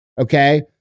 okay